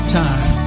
time